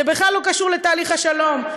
זה בכלל לא קשור לתהליך השלום.